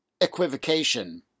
equivocation